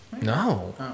no